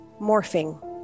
morphing